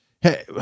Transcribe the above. Hey